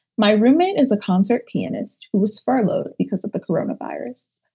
my roommate is a concert pianist who was furloughed because of the corona virus.